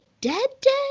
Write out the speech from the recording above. dead-dead